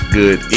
good